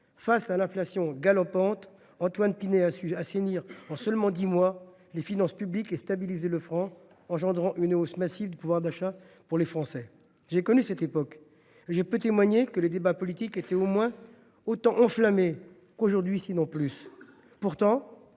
Face à l’inflation galopante, Antoine Pinay a su assainir en seulement dix mois les finances publiques et stabiliser le franc, engendrant une hausse massive du pouvoir d’achat des Français. J’ai connu cette époque, et je peux témoigner que les débats politiques étaient au moins aussi enflammés qu’actuellement, si